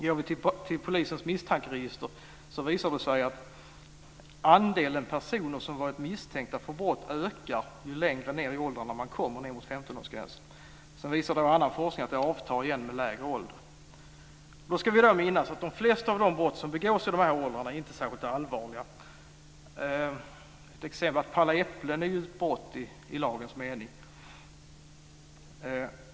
Går vi till polisens misstankeregister så ser vi att andelen personer som varit misstänkta för brott ökar ju längre ned i åldrarna man kommer mot 15-årsgränsen. Sedan visar annan forskning att detta avtar igen vid lägre ålder. Vi ska minnas att de flesta brott som begås i de här åldrarna inte är särskilt allvarliga. Att palla äpplen är t.ex. ett brott i lagens mening.